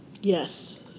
Yes